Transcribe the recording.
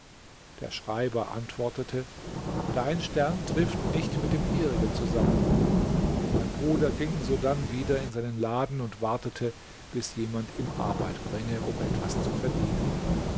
der schreiber antwortete dein stern trifft nicht mit dem ihrigen zusammen mein bruder ging sodann wieder in seinen laden und wartete bis jemand ihm arbeit bringe um etwas zu verdienen